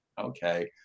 okay